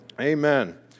Amen